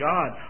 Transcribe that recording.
God